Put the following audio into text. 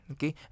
Okay